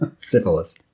Syphilis